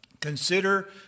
consider